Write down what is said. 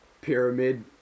pyramid